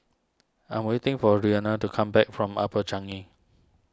I'm waiting for Renea to come back from Upper Changi